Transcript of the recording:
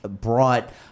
brought